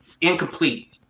incomplete